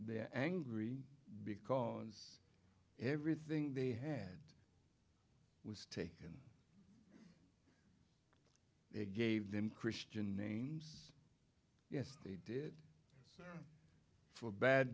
they're angry because everything they had was taken they gave them christian names yes they did for bad